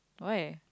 why